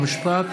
חוק ומשפט,